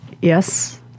yes